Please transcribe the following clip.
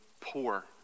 poor